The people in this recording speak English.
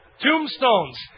Tombstones